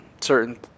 certain